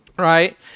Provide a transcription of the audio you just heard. right